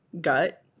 gut